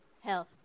health